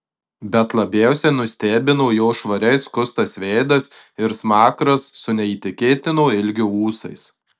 bet labiausiai nustebino jo švariai skustas veidas ir smakras su neįtikėtino ilgio ūsais